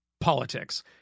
politics